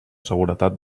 seguretat